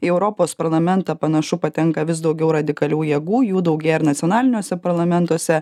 į europos parlamentą panašu patenka vis daugiau radikalių jėgų jų daugėja ir nacionaliniuose parlamentuose